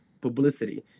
publicity